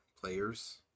players